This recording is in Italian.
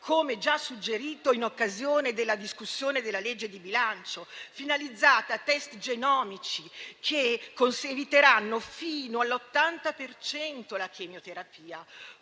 come già suggerito in occasione della discussione della legge di bilancio - finalizzate a testi genomici che eviteranno fino all'80 per cento la chemioterapia,